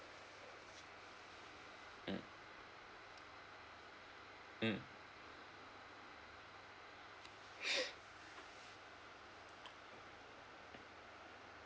mm mm